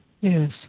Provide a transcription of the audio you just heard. Yes